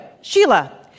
Sheila